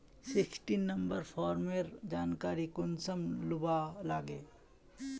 Sixteen number फार्मेर जानकारी कुंसम लुबा लागे?